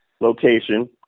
location